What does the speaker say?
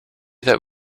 that